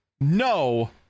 no